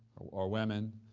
or women,